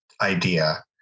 idea